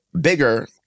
bigger